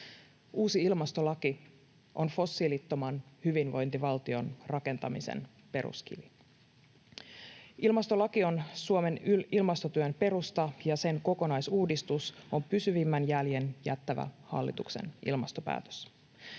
Uusi ilmastolaki on fossiilittoman hyvinvointivaltion rakentamisen peruskivi. Ilmastolaki on Suomen ilmastotyön perusta, ja sen kokonaisuudistus on pysyvimmän jäljen jättävä hallituksen ilmastopäätös.